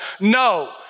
No